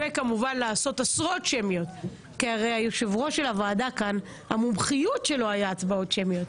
תאמרי למה את חושבת שזה נושא